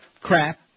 Crap